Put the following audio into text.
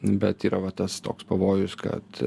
bet yra va tas toks pavojus kad